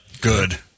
Good